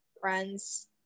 friends